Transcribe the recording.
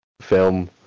film